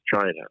China